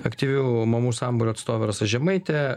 aktyvių mamų sambūrio atstovė rasa žemaitė